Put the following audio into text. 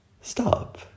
Stop